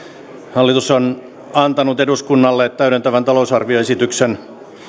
hallitus on antanut eduskunnalle täydentävän talousarvioesityksen